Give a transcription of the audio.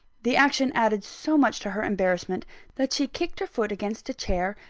the action added so much to her embarrassment that she kicked her foot against a chair,